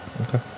Okay